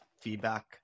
feedback